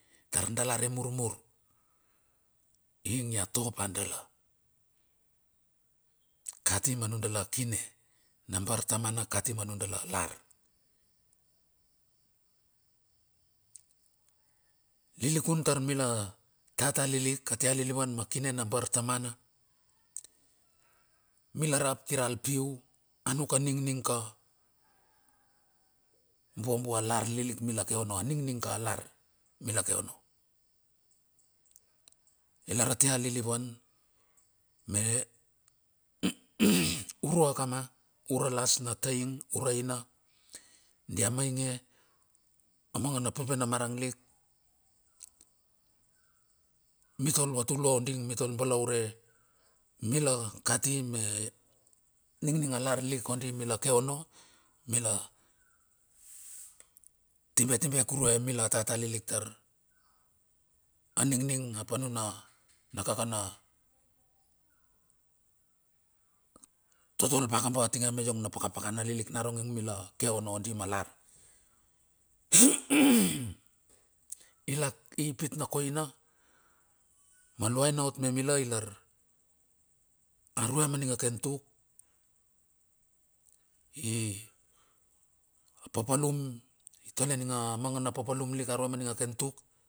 Tar dala re murmur ing ia topa dala, kati manuda la kine na bartamana kati manudala lar. Lilikun tar mila tata liklik atia lilivan ma kine na bartamana, mila rap iral piu, anuk a ningning ka, buabua lar lilik mila ke ona a ningning ka lar, mila keono. I lar atia livuan urua kama ura lasna taing ura ana dia mainge a mangana pepenamarang lik. Mitol va tulua oding mitol balaure mila kati me ningning a lar lik andi mila ke ona. Mila tibetibe kur ue mila tataliklik tar aningning apa nuna na kakana. Total pa kaba tinge me iong na pakapakana lilik naronge mila ke ono ondi malar, i lak i pit na koina maluai na ot me mila ilar arua maning a ken tuk. I papalum, i tole ning a mangaana papalum lik arua manin a ken tuk.